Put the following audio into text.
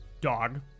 dog